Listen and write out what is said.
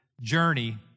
journey